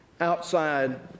outside